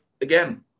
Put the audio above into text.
again